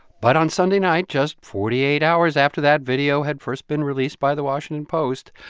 but on sunday night, just forty eight hours after that video had first been released by the washington post,